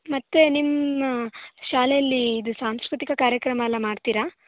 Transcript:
ಮತ್ತು ನಿಮ್ಮ ಶಾಲೆಯಲ್ಲಿ ಇದು ಸಾಂಸ್ಕೃತಿಕ ಕಾರ್ಯಕ್ರಮ ಎಲ್ಲ ಮಾಡ್ತೀರಾ